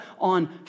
on